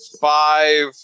five